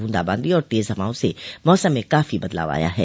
बूंदाबांदी और तेज हवाओं से मौसम में काफी बदलाव आया है